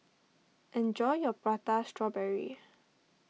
enjoy your Prata Strawberry